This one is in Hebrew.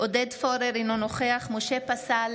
עודד פורר, אינו נוכח משה פסל,